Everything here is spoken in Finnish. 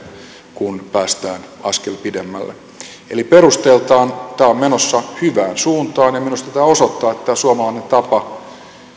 kun päästään askel pidemmälle eli perusteiltaan tämä on menossa hyvään suuntaan ja minusta tämä osoittaa että suomalainen tapa